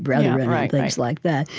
but things like that.